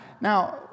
Now